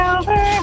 over